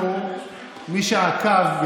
אבל יש לנו פריימריז, קיש.